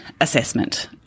assessment